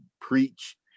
preach